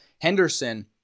Henderson